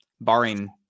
Barring